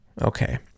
okay